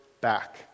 back